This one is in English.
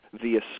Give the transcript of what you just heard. via